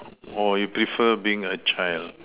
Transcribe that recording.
or you prefer being a child